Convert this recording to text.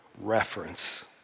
reference